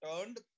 turned